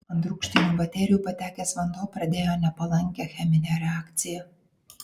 ant rūgštinių baterijų patekęs vanduo pradėjo nepalankę cheminę reakciją